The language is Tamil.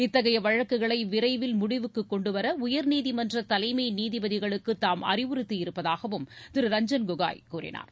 இத்தகைய வழக்குகளை விரைவில் முடிவுக்கு கொண்டு வர உயர்நீதிமன்ற தலைமை நீதிபதிகளுக்கு தாம் அறிவுறுத்தியிருப்பதாகவும் திரு ரஞ்சன் கோகோய் கூறினார்